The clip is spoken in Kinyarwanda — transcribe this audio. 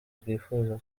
rwifuza